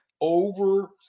over –